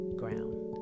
ground